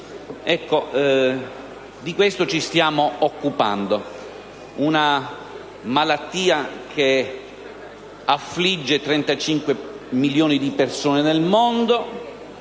Di questo ci stiamo occupando: si tratta di una malattia che affligge 35 milioni di persone nel mondo,